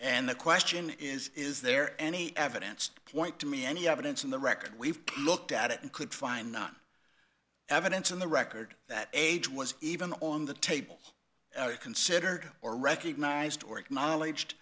and the question is is there any evidence point to me any evidence in the record we've looked at it and could find none evidence in the record that age was even on the table considered or recognized or acknowledge